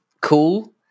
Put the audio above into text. cool